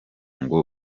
ngo